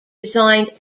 resigned